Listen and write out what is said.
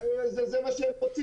זה מה שהם רוצים.